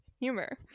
Humor